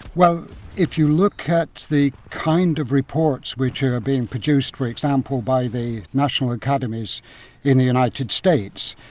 well if you look at the kind of reports which are being produced for example by the national academies in the united states,